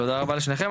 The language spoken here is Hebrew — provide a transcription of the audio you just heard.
תודה רבה לשניכם.